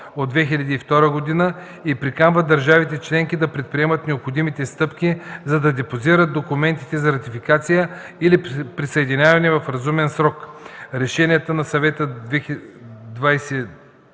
от 2002 г. и приканва държавите членки да предприемат необходимите стъпки, за да депозират документите за ратификация или присъединяване в разумен срок (решения на Съвета